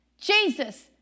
Jesus